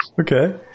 Okay